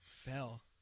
Fell